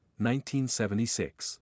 1976